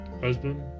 husband